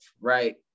right